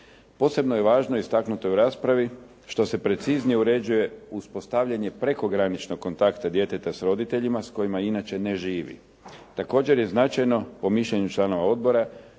Posebno je važno istaknuti u raspravi što se preciznije uređuje uspostavljanje prekograničnog kontakta djeteta s roditeljima s kojima inače ne živi. Također je značajno po mišljenju članova odbora